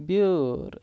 بیٛٲر